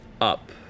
up